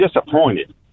disappointed